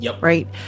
right